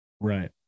Right